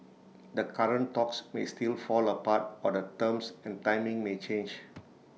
the current talks may still fall apart or the terms and timing may change